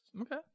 Okay